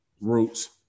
roots